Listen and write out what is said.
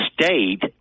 state